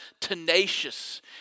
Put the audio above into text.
tenacious